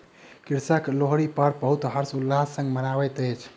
कृषक लोहरी पर्व बहुत हर्ष उल्लास संग मनबैत अछि